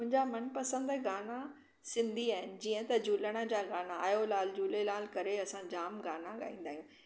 मुंहिंजा मनपसंदि गाना सिंधी आहिनि जीअं त झूलण जा गाना आयो लाल झूलेलाल करे असां जामु गाना ॻाईंदा आहियूं